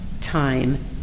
time